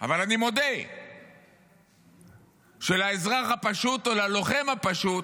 אבל אני מודה שלאזרח הפשוט או ללוחם הפשוט,